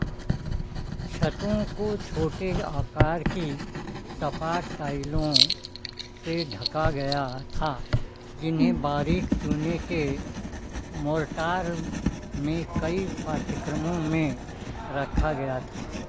छतों को छोटे आकार की सपाट टाइलों से ढका गया था जिन्हें बारीक चूने के मोर्टार में कई पाठ्यक्रमों में रखा गया था